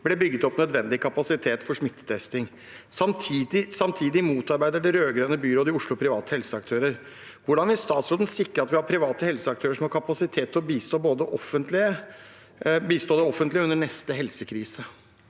ble bygget opp nødvendig kapasitet for smittetesting. Samtidig motarbeider det rød-grønne byrådet i Oslo private helseaktører. Hvordan vil statsråden sikre at vi har private helseaktører som har kapasitet til å bistå det offentlige under neste helsekrise?»